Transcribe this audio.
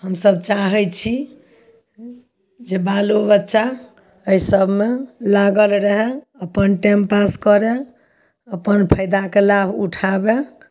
हमसब चाहैत छी जे बालोबच्चा एहि सबमे लागल रहए अपन टाइम पास करै अपन फायदाके लाभ उठाबै